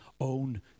own